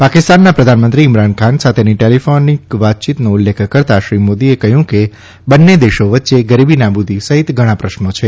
પાકિસ્તાનના પ્રધાનમંત્રી ઇમરાન ખાન સાથેની ટેલીફોન વાતચીતનો ઉલ્લેખ કરતાં શ્રી મોદીએ કહ્યું કે બંને દેશો વચ્ચે ગરીબી નાબૂદી સહિત ઘણા પ્રશ્નો છે